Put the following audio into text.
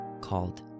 called